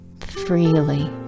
freely